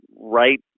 right